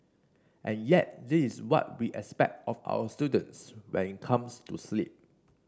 and yet this is what we expect of our students when it comes to sleep